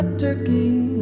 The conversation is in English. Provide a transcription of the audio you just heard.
turkey